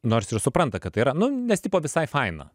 nors ir supranta kad tai yra nu nes tipo visai faina